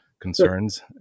concerns